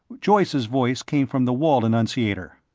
joyce's voice came from the wall annunciator.